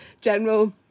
general